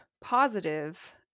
positive